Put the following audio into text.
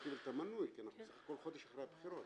קיבל את המנוי כי אנחנו בסך הכול חודש אחרי הבחירות,